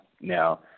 now